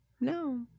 no